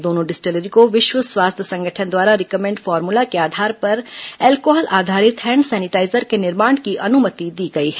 दोनों डिस्टिलरी को विश्व स्वास्थ्य संगठन द्वारा रिकमंड फॉर्मूला के आधार पर अल्कोहल आधारित हैंड सैनिटाईजर के निर्माण की अनुमति दी गई है